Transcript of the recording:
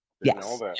Yes